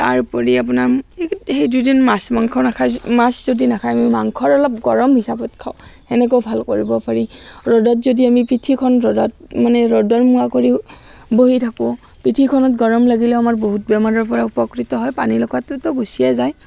তাৰ উপৰি আপোনাৰ সেই দুইদিন মাছ মাংস নাখাই মাছ যদি নাখায় আমি মাংসৰ অলপ গৰম হিচাপত খাওঁ সেনেকৈ ভাল কৰিব পাৰি ৰ'দত যদি আমি পিঠিখন ৰ'দত মানে ৰ'দৰ মুৱা কৰি বহি থাকোঁ পিঠিখনত গৰম লাগিলেও আমাৰ বহুত বেমাৰৰ পৰা উপকৃত হয় পানী লগাটোতো গুচিয়েই যায়